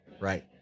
right